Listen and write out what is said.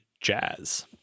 Jazz